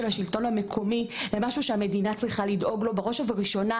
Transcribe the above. השלטון המקומי למשהו שהמדינה צריכה לדאוג לו בראש ובראשונה,